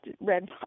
red